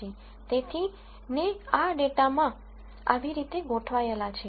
તેથી તે આ ડેટામાં આવી રીતે ગોઠવાયેલ છે